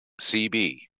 CB